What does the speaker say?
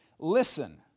Listen